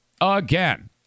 again